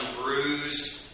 bruised